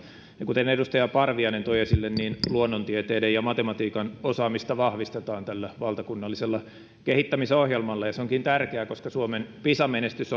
ja kuten edustaja parviainen toi esille luonnontieteiden ja matematiikan osaamista vahvistetaan tällä valtakunnallisella kehittämisohjelmalla ja se onkin tärkeää koska suomen pisa menestys